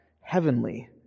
heavenly